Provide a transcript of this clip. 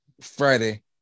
Friday